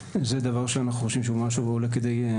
זה דבר שאנחנו חושבים שהוא משהו עולה כדי מניעה